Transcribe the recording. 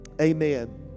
Amen